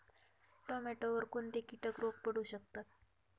टोमॅटोवर कोणते किटक रोग पडू शकतात?